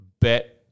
bet –